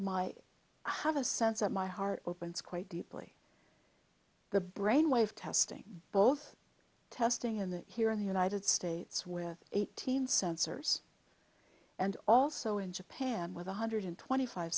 i have a sense that my heart opens quite deeply the brain wave testing both testing in the here in the united states with eighteen sensors and also in japan with one hundred twenty five